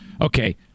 Okay